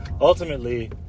ultimately